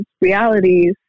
realities